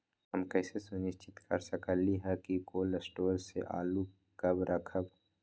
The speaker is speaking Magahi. हम कैसे सुनिश्चित कर सकली ह कि कोल शटोर से आलू कब रखब?